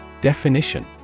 Definition